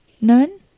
None